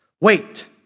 Wait